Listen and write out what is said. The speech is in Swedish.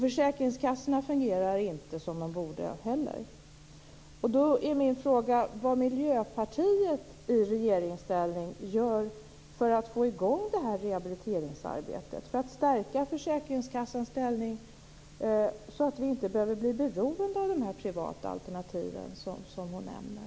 Försäkringskassorna fungerar inte heller som de borde. Min fråga är då vad Miljöpartiet i regeringsställning gör för att få i gång rehabiliteringsarbetet och för att stärka försäkringskassans ställning, så att vi inte behöver bli beroende av de privata alternativ som hon nämner.